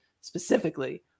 specifically